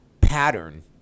pattern